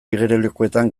igerilekuetan